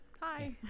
hi